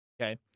Okay